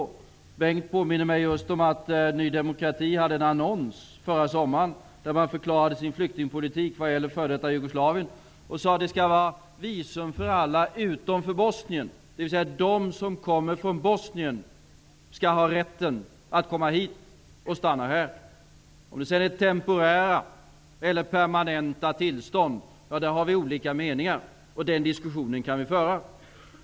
Bengt Westerberg påminde mig just om att Ny demokrati förra sommaren hade en annons, där man förklarade sin flyktingpolitik i fråga om f.d. Jugoslavien. Man sade där att man förespråkar visum för alla utom för dem från Bosnien, dvs. de som kommer från Bosnien skall ha rätt att komma hit och stanna här. Om de sedan skall få temporära eller permanenta tillstånd har vi olika meningar om, och den diskussionen kan vi föra.